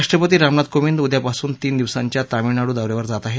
राष्ट्रपती रामनाथ कोविंद उद्यापासून तीन दिवसांच्या तामिळनाडू दौ यावर जात आहेत